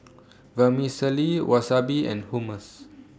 Vermicelli Wasabi and Hummus